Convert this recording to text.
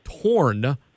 torn